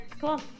cool